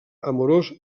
amorosa